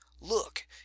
Look